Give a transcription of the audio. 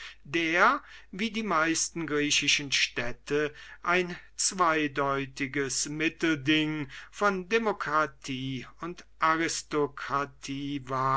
der wie die meisten griechischen städte ein zweideutig mittelding von demokratie und aristokratie war